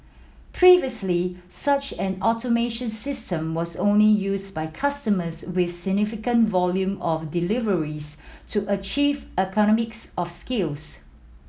previously such an automation system was only used by customers with significant volume of deliveries to achieve economics of scales